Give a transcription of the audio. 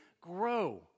grow